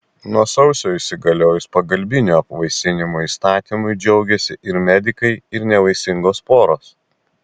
nuo sausio įsigaliojus pagalbinio apvaisinimo įstatymui džiaugėsi ir medikai ir nevaisingos poros